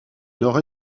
nord